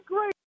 great